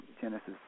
Genesis